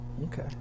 Okay